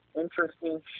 interesting